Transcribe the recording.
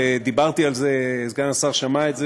ודיברתי על זה, סגן השר שמע את זה,